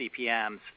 CPMS